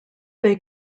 they